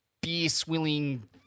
beer-swilling